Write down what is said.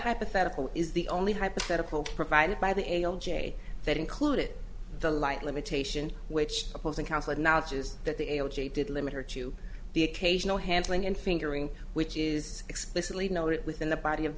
hypothetical is the only hypothetical provided by the j that included the light limitation which opposing counsel acknowledges that the did limit her to the occasional handling and fingering which is explicitly noted within the body of